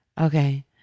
Okay